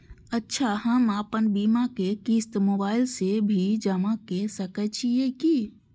अच्छा हम आपन बीमा के क़िस्त मोबाइल से भी जमा के सकै छीयै की?